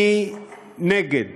אני נגד